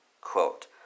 Quote